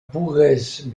pugues